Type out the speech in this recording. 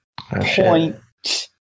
point